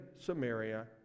Samaria